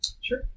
Sure